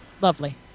Lovely